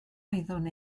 oeddwn